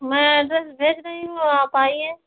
मैं एड्रेस भेज रही हूँ आप आइए